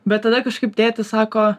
bet tada kažkaip tėtis sako